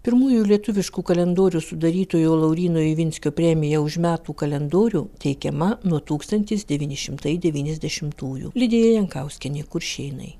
pirmųjų lietuviškų kalendorių sudarytojo lauryno ivinskio premija už metų kalendorių teikiama nuo tūkstantis devyni šimtai devyniasdešimtųjų lidija jankauskienė kuršėnai